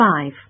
Five